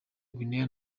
guinea